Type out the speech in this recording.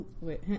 wait